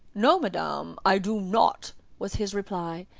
no, madame, i do not was his reply.